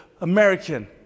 American